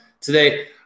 today